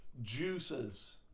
Juices